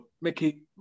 Mickey